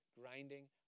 grinding